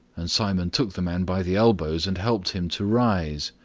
and simon took the man by the elbows and helped him to rise.